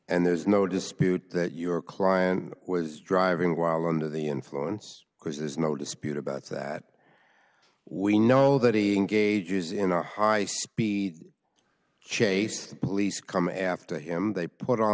and there's no dispute that your client was driving while under the influence because there's no dispute about that we know that he engages in a high speed chase the police come after him they put on